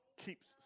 Keeps